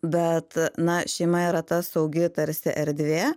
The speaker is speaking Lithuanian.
bet na šeima yra ta saugi tarsi erdvė